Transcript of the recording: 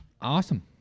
Awesome